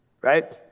right